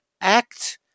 act